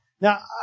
Now